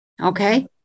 okay